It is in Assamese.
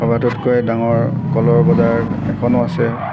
সবাতোতকৈ ডাঙৰ কলৰ বজাৰ এখনো আছে